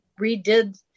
redid